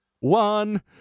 one